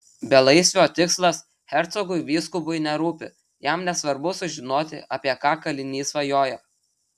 belaisvio tikslas hercogui vyskupui nerūpi jam nesvarbu sužinoti apie ką kalinys svajoja